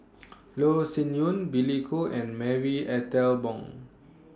Loh Sin Yun Billy Koh and Marie Ethel Bong